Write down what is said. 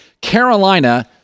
Carolina